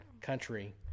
country